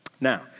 Now